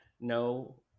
no